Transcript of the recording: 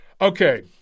Okay